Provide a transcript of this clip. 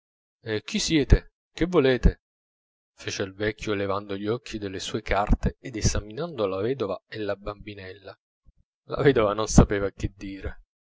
dolcissimo chi siete che volete fece il vecchio levando gli occhi dalle sue carte ed esaminando la vedova e la bambinella la vedova non sapeva che dire